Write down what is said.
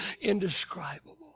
indescribable